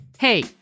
Hey